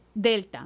Delta